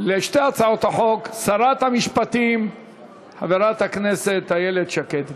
על שתי הצעות החוק שרת המשפטים חברת הכנסת איילת שקד.